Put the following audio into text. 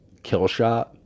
Killshot